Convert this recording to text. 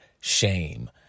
shame